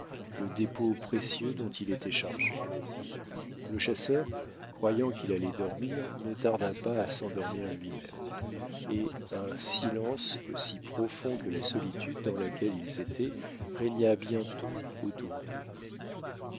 le dépôt précieux dont il était chargé le chasseur croyant qu'il allait dormir ne tarda pas à sendormir lui-même et un silence aussi profond que la solitude dans laquelle ils étaient régna bientôt autour d'eux